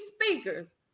speakers